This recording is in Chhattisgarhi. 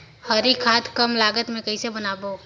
हरी खाद कम लागत मे कइसे बनाबो?